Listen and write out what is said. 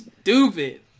Stupid